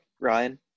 Ryan